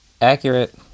Accurate